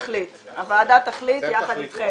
-- הוועדה תחליט יחד איתכם.